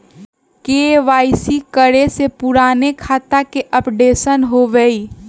KYC करें से पुराने खाता के अपडेशन होवेई?